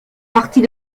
partie